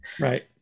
Right